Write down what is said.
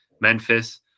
Memphis